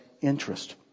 interest